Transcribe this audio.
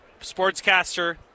sportscaster